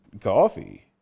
Coffee